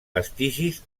vestigis